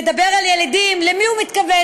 מדבר על ילידים, למי הוא מתכוון?